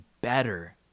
better